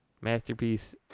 masterpiece